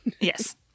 yes